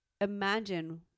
imagine